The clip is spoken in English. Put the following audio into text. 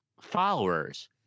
followers